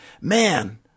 man